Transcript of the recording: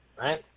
right